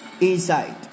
Inside